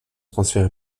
transférée